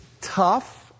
tough